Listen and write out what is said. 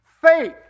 faith